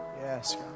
Yes